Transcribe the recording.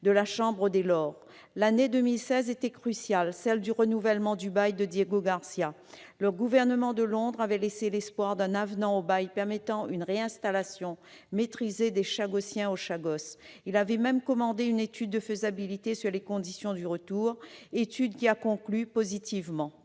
de la Chambre des Lords. L'année 2016, cruciale, était celle du renouvellement du bail de Diego Garcia. Le gouvernement de Londres avait laissé nourrir l'espoir d'un avenant au bail permettant une réinstallation maîtrisée des Chagossiens aux Chagos. Il avait même commandé une étude de faisabilité sur les conditions du retour, qui avait conclu positivement.